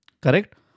Correct